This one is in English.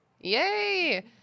Yay